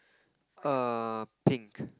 err pink